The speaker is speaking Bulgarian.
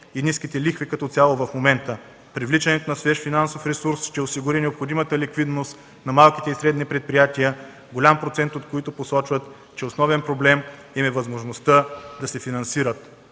и ниските лихви като цяло в момента. Привличането на свеж финансов ресурс ще осигури необходимата ликвидност на малките и средни предприятия, голям процент от които посочват, че основен проблем им е невъзможността да се финансират.